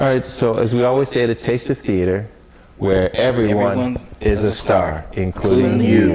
all right so as we always say the taste of theater where everyone is a star including